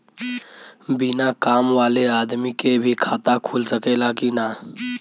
बिना काम वाले आदमी के भी खाता खुल सकेला की ना?